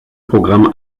programm